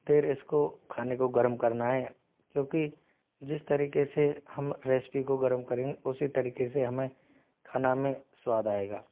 देर इसको खाने को गर्म करना है क्योंकि जिस तरीके से हम रेसपी को गर्म करेंगे उसी तरीके से हमें खाना में स्वाद आएगा